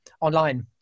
online